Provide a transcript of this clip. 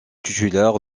titulaire